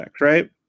right